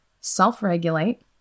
self-regulate